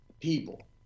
people